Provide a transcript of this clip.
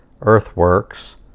earthworks